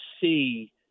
see